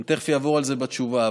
אני תכף אעבור על זה בתשובה,